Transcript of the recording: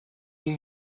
new